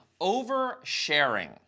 oversharing